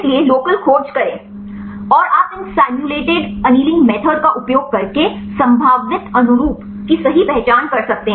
इसलिए लोकल खोज करें और आप इन सिमुलेटेड अन्नीलिंग विधि का उपयोग करके संभावित अनुरूप की सही पहचान कर सकते हैं